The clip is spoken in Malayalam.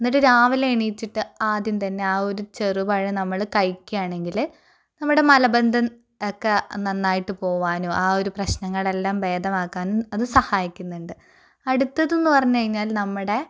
എന്നിട്ട് രാവിലെ എണീറ്റിട്ട് ആദ്യംതന്നെ ആ ഒരു ചെറുപഴം നമ്മള് കഴിക്കുയാണെങ്കില് നമ്മുടെ മലബന്ധം ഒക്കെ നന്നായിട്ട് പോകാനും ആ ഒരു പ്രശ്നങ്ങളെല്ലാം ഭേദമാക്കാനും അത് സഹായിക്കുന്നുണ്ട് അടുത്തതെന്നു പറഞ്ഞുകഴിഞ്ഞാല് നമ്മുടെ